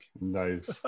nice